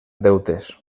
deutes